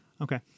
Okay